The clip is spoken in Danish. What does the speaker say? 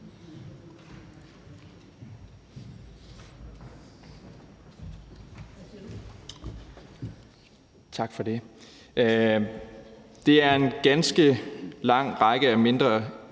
Tak for det.